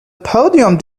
podium